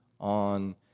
on